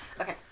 Okay